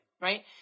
right